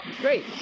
Great